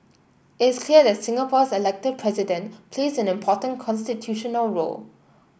it's clear that Singapore's elected President plays an important constitutional role